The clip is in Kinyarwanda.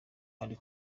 bari